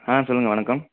ஆ சொல்லுங்கள் வணக்கம்